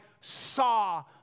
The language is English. saw